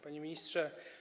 Panie Ministrze!